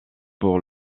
pour